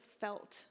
felt